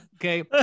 okay